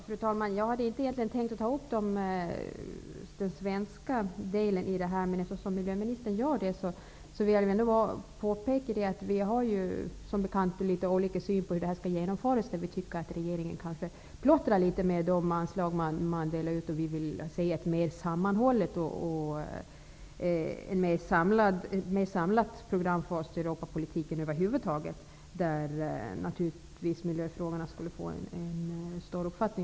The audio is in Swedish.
Fru talman! Jag hade egentligen inte tänkt ta upp den svenska delen i det här, men eftersom miljöministern gör det, vill jag påpeka att vi som bekant har litet olika syn på hur det här skall genomföras. Vi tycker att regeringen plottrar litet med de anslag som man delar ut. Vi vill se ett mer sammanhållet och mer samlat program för Europapolitiken över huvud taget, där naturligtvis miljöfrågorna skulle få en större omfattning.